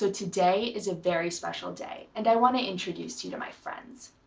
ah today is a very special day, and i wanna introduce you to my friends.